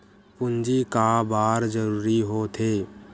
पूंजी का बार जरूरी हो थे?